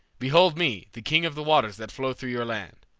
behold me, the king of the waters that flow through your land.